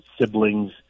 siblings